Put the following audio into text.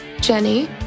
Jenny